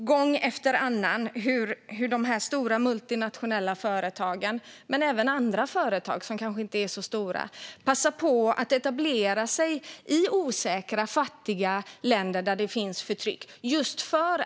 Gång efter annan ser vi hur de stora multinationella företagen, och även andra företag som inte är så stora, passar på att etablera sig i osäkra, fattiga länder där det finns förtryck.